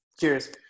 cheers